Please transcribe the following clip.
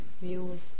views